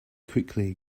quickly